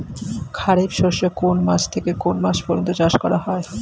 খারিফ শস্য কোন মাস থেকে কোন মাস পর্যন্ত চাষ করা হয়?